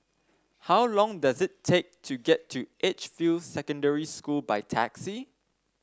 how long does it take to get to Edgefield Secondary School by taxi